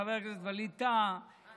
חבר הכנסת ווליד טאהא,